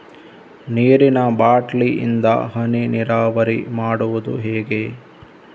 ನೀರಿನಾ ಬಾಟ್ಲಿ ಇಂದ ಹನಿ ನೀರಾವರಿ ಮಾಡುದು ಹೇಗೆ?